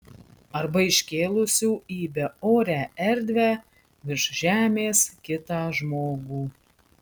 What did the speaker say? arba iškėlusių į beorę erdvę virš žemės kitą žmogų